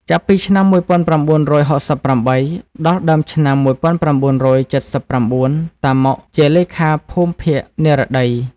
ចាប់ពីឆ្នាំ១៩៦៨ ដល់ដើមឆ្នាំ១៩៧៩ តាម៉ុក ជាលេខាភូមិភាគ និរតី ។